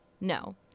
No